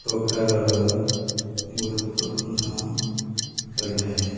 ପ୍ରକାରର ଗୁରୁତ୍ୱପୂର୍ଣ୍ଣ ରହିଥାଏ